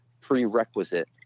prerequisite